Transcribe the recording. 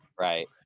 Right